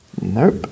Nope